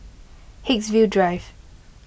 Haigsville Drive